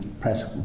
press